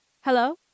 Hello